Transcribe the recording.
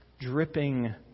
dripping